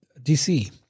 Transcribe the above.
DC